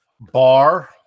Bar